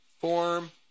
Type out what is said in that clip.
form